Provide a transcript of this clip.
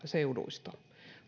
seuduista